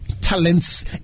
talents